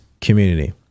community